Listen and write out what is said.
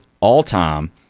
all-time